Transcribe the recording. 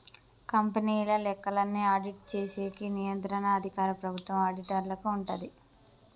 కంపెనీల లెక్కల్ని ఆడిట్ చేసేకి నియంత్రణ అధికారం ప్రభుత్వం ఆడిటర్లకి ఉంటాది